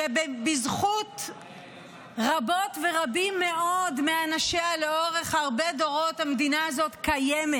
שבזכות רבות ורבים מאוד מאנשיה לאורך הרבה דורות המדינה הזו קיימת.